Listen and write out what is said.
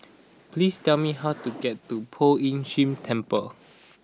please tell me how to get to Poh Ern Shih Temple